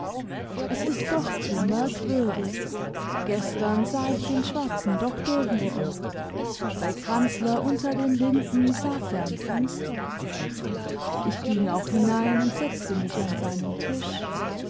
es ist doch zu merkwürdig gestern sah ich den schwarzen doktor wieder bei kranzler unter den linden saß er am fenster ich ging auch hinein und setzte mich an seinen tisch